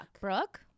Brooke